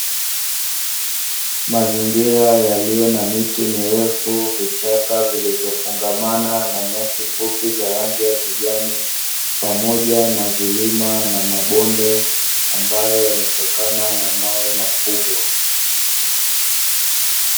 Mazingira yaliyo na miti mirefu, vichaka vilivyofungamana na nyasi fupi za rangi ya kijani pamoja na vilima na mabonde ambayo yametokana na mawe makubwa.